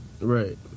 Right